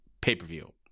pay-per-view